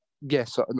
Yes